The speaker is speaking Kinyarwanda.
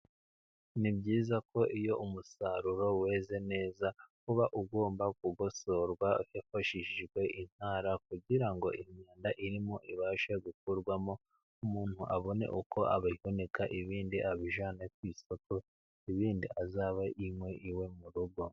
Ni byiza ko iyo umusaruro weze neza ,uba ugomba kugosorwa hifashishijwe intara kugira ngo imyanda irimo ibashe gukurwamo , umuntu abone uko abihunika, ibindi abijyane ku isoko, ibindi bizabe inkwi iwe mu rugo.